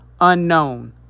Unknown